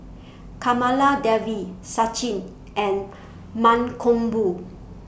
Kamaladevi Sachin and Mankombu